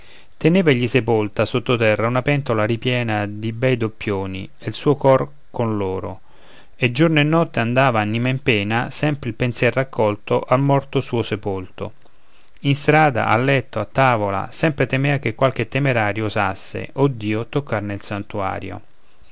teneva egli sepolta sotto terra una pentola ripiena di bei doppioni ed il suo cor con loro e giorno e notte andava anima in pena sempre il pensier raccolto al morto suo sepolto in strada a letto a tavola sempre temea che qualche temerario osasse oh dio toccarne il santuario